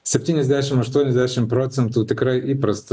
septyniasdešim aštuoniasdešim procentų tikrai įprasta